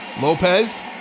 Lopez